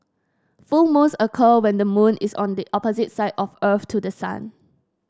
full moons occur when the moon is on the opposite side of earth to the sun